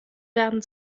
werden